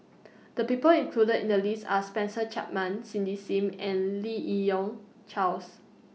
The People included in The list Are Spencer Chapman Cindy SIM and Lim Yi Yong Charles